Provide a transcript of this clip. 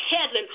heaven